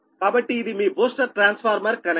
కాబట్టి ఇది మీ బూస్టర్ ట్రాన్స్ఫార్మర్ కనెక్షన్